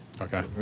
Okay